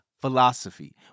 philosophy